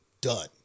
done